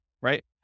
right